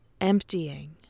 Emptying